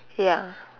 ya